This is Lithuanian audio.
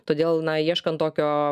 todėl na ieškant tokio